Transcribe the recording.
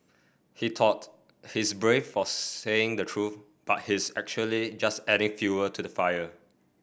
he thought he's brave for saying the truth but he's actually just adding fuel to the fire